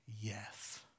yes